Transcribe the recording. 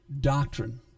doctrine